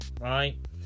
right